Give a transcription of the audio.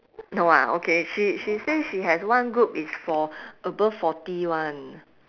no ah okay she she say she has one group is for above forty [one]